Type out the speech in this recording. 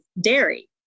dairy